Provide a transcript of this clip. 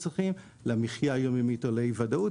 צריכים למחיה היום-יומית או לאי ודאות,